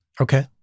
okay